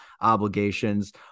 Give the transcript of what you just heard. obligations